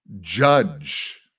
judge